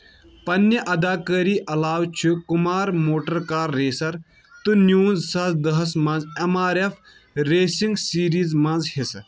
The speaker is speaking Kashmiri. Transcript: پَننہِ اَداکٲری علاوٕ چھُ کُمار موٹَر کار ریسَر تہِ نِوُن زٕ ساس دَہَس مَنٛز M R F racing series مَنٛز حِصہٕ